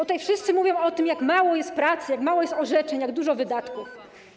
Tutaj wszyscy mówią o tym, jak mało jest pracy, jak mało jest orzeczeń, jak dużo wydatków.